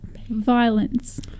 Violence